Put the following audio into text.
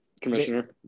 Commissioner